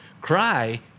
cry